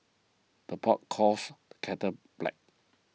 the pot calls the kettle black